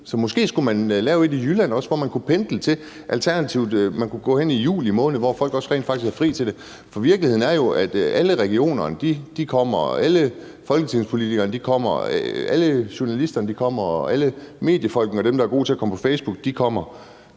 Så måske skulle man lave et i Jylland også, hvor man kunne pendle til. Alternativt kunne man gå hen i juli måned, hvor folk rent faktisk også har fri til det. For virkeligheden er jo, at alle regionerne kommer, at alle folketingspolitikerne kommer, at alle journalisterne kommer, og at alle mediefolkene og dem, der er gode til at komme på Facebook, kommer